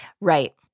Right